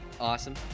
Awesome